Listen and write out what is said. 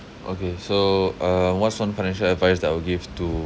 okay so uh what's one financial advice that I will give to